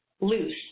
loose